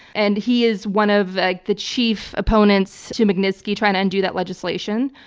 and he is one of the chief opponents to magnitsky, trying to undo that legislation,